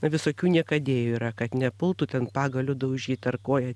visokių niekadėjų yra kad nepultų ten pagaliu daužyt ar koja